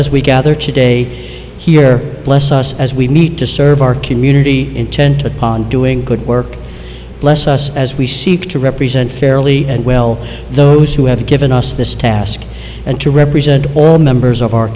as we gather today here bless us as we need to serve our community intent upon doing good work bless us as we seek to represent fairly well those who have given us this task and to represent all members of our